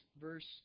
verse